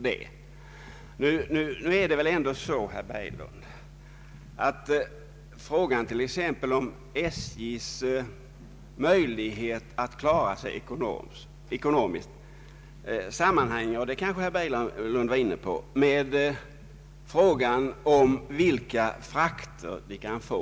Det är väl ändå så, herr Berglund, att frågan om statens järnvägars möjlighet att klara sig ekonomiskt sammanhänger med frågan om vilka frakter man kan få.